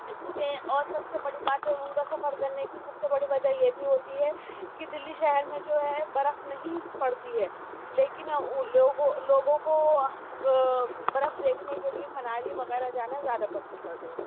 کیوں کہ اور سب سے بڑی بات ان کا سفر کرنے کی سب سے بڑی وجہ یہ بھی ہوتی ہے کہ دلی شہر میں جو ہے برف نہیں پڑتی ہے لیکن لوگوں لوگوں کو برف دیکھنے کے لئے منالی وغیرہ جانا زیادہ پسند کرتے ہیں